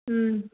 ಹ್ಞೂ